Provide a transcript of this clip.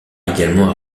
également